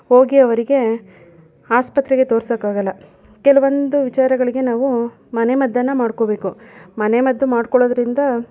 ಹೋಗಿ ಅವರಿಗೆ ಆಸ್ಪತ್ರೆಗೆ ತೋರ್ಸೋಕಾಗೋಲ್ಲ ಕೆಲವೊಂದು ವಿಚಾರಗಳಿಗೆ ನಾವು ಮನೆ ಮದ್ದನ್ನು ಮಾಡಿಕೋಬೇಕು ಮನೆ ಮದ್ದು ಮಾಡಿಕೊಳ್ಳೋದ್ರಿಂದ